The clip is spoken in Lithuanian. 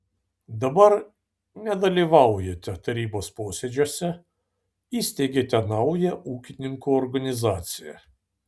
dabar nedalyvaujate tarybos posėdžiuose įsteigėte naują ūkininkų organizaciją